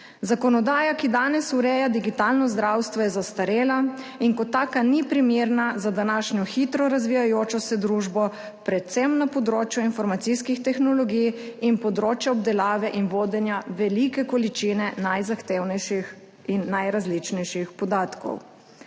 Zakonodaja, ki danes ureja digitalno zdravstvo, je zastarela in kot taka ni primerna za današnjo hitro razvijajočo se družbo, predvsem na področju informacijskih tehnologij in področja obdelave in vodenja velike količine najzahtevnejših in najrazličnejših podatkov.